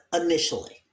initially